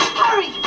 hurry